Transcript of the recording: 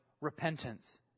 Repentance